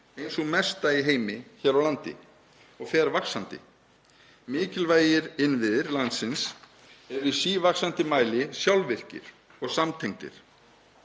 ein sú mesta í heimi hér á landi og fer vaxandi. Mikilvægir innviðir landsins eru í sívaxandi mæli sjálfvirkir og samtengdir.